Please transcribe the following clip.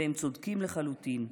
והם צודקים לחלוטין.